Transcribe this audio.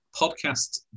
podcast